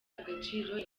agaciro